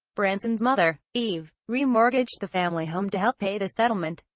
branson's mother, eve, re-mortgaged the family home to help pay the settlement.